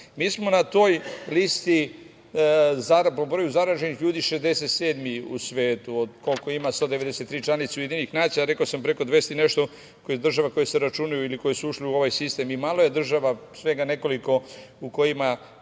Mi smo na toj listi po broju zaraženih ljudi 67 u svetu, od koliko ima 193 članice UN, a rekao sam preko 200 i nešto država koje se računaju ili koje su ušle u ovaj sistem i malo je država, svega nekoliko u kojima